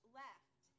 left